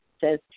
says